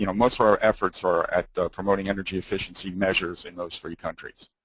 you know, most of our efforts are at promoting energy efficiency measures in those three countries.